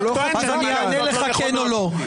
אני אענה לך בכן או לא.